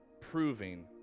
proving